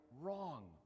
wrong